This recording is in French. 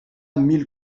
mille